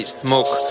smoke